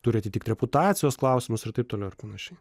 turi atitikti reputacijos klausimus ir taip toliau ir panašiai